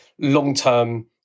long-term